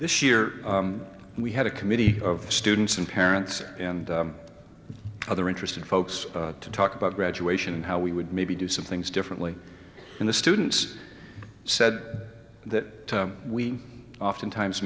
this year we had a committee of students and parents and other interested folks to talk about graduation and how we would maybe do some things differently in the students said that we oftentimes